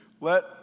let